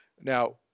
Now